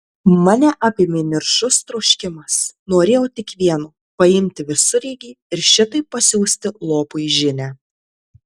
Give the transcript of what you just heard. mane apėmė niršus troškimas norėjau tik vieno paimti visureigį ir šitaip pasiųsti lopui žinią